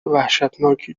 وحشتناکی